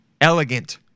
elegant